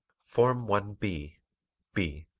form one b b